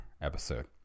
episode